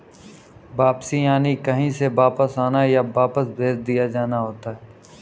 वापसी यानि कहीं से वापस आना, या वापस भेज दिया जाना होता है